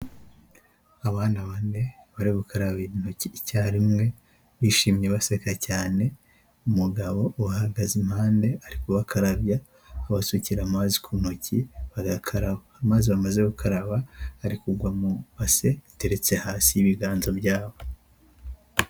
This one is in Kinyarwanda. Abana bane bari gukaraba intoki icyarimwe bishimye baseka cyane, umugabo uhagaze iruhande ari kubakarabya abasukira amazi ku ntoki bagakaraba, amaze bamaze gukaraba ari kugwa mu base iteretse hasi y'ibiganza byabo.